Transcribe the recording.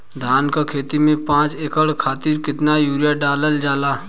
धान क खेती में पांच एकड़ खातिर कितना यूरिया डालल जाला?